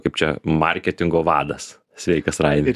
kaip čia marketingo vadas sveikas raimi